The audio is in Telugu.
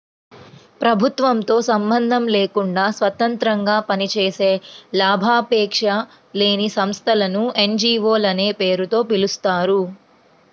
ప్రభుత్వంతో సంబంధం లేకుండా స్వతంత్రంగా పనిచేసే లాభాపేక్ష లేని సంస్థలను ఎన్.జీ.వో లనే పేరుతో పిలుస్తారు